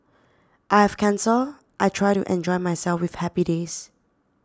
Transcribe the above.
I have cancer I try to enjoy myself with happy days